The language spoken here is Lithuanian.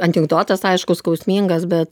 anekdotas aišku skausmingas bet